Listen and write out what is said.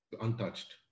untouched